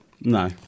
No